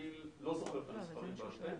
לא זוכר את המספרים בעל פה,